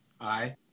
Aye